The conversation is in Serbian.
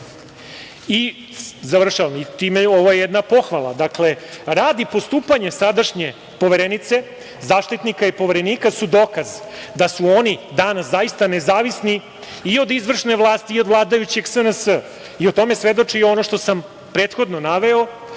završavam, ovo je jedna pohvala, rad i postupanje sadašnje Poverenice, Zaštitnika i Poverenika su dokaz da su oni danas zaista nezavisni i od izvršne vlasti i od vladajućeg SNS. O tome svedoči ono što sam prethodno naveo,